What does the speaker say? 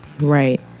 Right